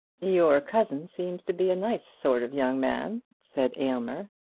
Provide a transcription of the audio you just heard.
your cousin seems to be a nice sort of young man, said aylmer.